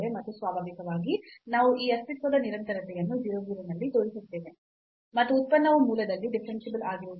ಮತ್ತು ಸ್ವಾಭಾವಿಕವಾಗಿ ನಾವು ಈ ಅಸ್ತಿತ್ವದ ನಿರಂತರತೆಯನ್ನು 0 0 ನಲ್ಲಿ ತೋರಿಸುತ್ತೇವೆ ಮತ್ತು ಉತ್ಪನ್ನವು ಮೂಲದಲ್ಲಿ ಡಿಫರೆನ್ಸಿಬಲ್ ಆಗಿರುವುದಿಲ್ಲ